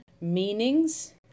meanings